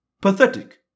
pathetic